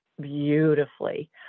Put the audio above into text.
beautifully